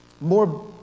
more